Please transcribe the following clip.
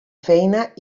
feina